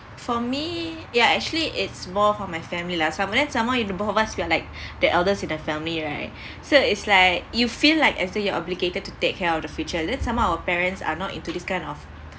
for me ya actually it's more for my family lah so but then some more you know both of us we are like the eldest in the family right so it's like you feel like as though you are obligated to take care of the future then somehow our parents are not into this kind of